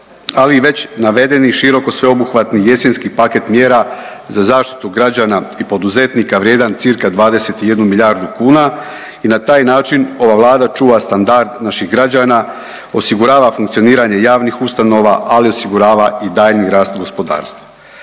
ali i već navedenih široko sveobuhvatni jesenski paket mjera za zaštitu građana i poduzetnika vrijedan cca 21 milijardu kuna i na taj način ova Vlada čuva standard naših građana, osigurava funkcioniranje javnih ustanova, ali osigurava i daljnji rast gospodarstva.